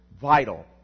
vital